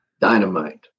dynamite